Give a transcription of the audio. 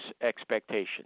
expectations